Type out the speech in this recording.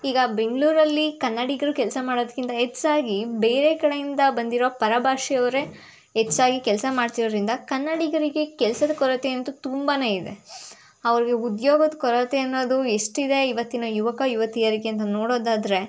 ಈಗ ಬೆಂಗಳೂರಲ್ಲಿ ಕನ್ನಡಿಗರು ಕೆಲಸ ಮಾಡೋದಕ್ಕಿಂತ ಹೆಚ್ಚಾಗಿ ಬೇರೆ ಕಡೆಯಿಂದ ಬಂದಿರೋ ಪರಭಾಷೆಯವರೆ ಹೆಚ್ಚಾಗಿ ಕೆಲಸ ಮಾಡ್ತಿರೋದರಿಂದ ಕನ್ನಡಿಗರಿಗೆ ಕೆಲಸದ ಕೊರತೆ ಅಂತೂ ತುಂಬಾ ಇದೆ ಅವ್ರಿಗೆ ಉದ್ಯೋಗದ ಕೊರತೆಯನ್ನೋದು ಎಷ್ಟಿದೆ ಇವತ್ತಿನ ಯುವಕ ಯುವತಿಯರಿಗೆ ಅಂತ ನೋಡೋದಾದರೆ